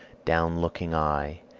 down looking aye,